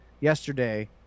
yesterday